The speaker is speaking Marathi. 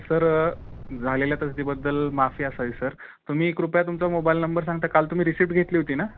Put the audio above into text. सर झालेल्या तसदीबद्दल माफी असावी सर तुम्ही कृपया तुमचा मोबाईल नंबर सांगता काल तुम्ही रिसिप्ट घेतली होती ना